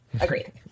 agreed